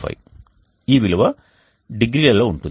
ఈ విలువ డిగ్రీలలో ఉంటుంది